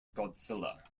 godzilla